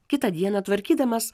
kitą dieną tvarkydamas